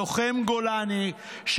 לוחם גולני,